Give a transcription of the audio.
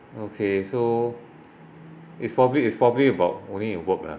okay so it's probably it's probably about only work lah